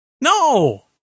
no